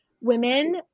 women